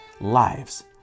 lives